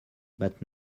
but